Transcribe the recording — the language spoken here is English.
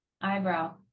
eyebrow